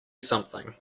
something